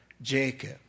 Jacob